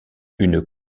une